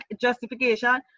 justification